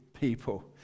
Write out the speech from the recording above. people